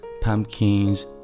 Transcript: pumpkins